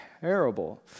terrible